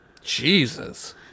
Jesus